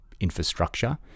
infrastructure